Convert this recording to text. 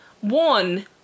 one